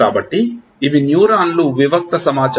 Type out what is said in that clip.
కాబట్టి ఇవి న్యూరాన్లు వివిక్త సమాచారం